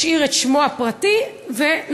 השאיר את שמו הפרטי ונסע,